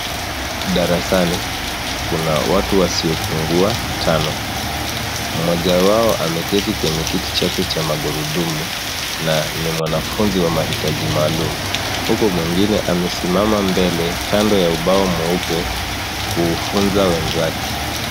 Darasani, kuna watu wasiopungua tano. Mmoja wao ameketi kwenye kiti chake magurudumu, na ni mwanafunzi wa mahitaji maalum. Huku, mwingine amesimama mbele kando ya ubao mweupe kuufunza wenzake.